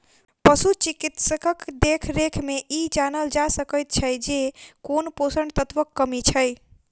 पशु चिकित्सकक देखरेख मे ई जानल जा सकैत छै जे कोन पोषण तत्वक कमी छै